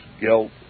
guilt